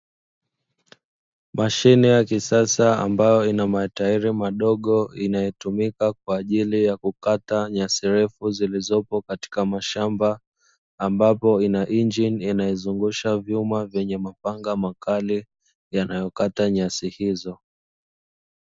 Mashine ya kisasa ambayo ina matairi madogo inayotumika kwa ajili ya kukata nyasi refu zilizopo katika mashamba, ambapo ina inginei inayozungusha vyuma vyenye mapanga makali yanayokata nyasi hizo.